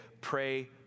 pray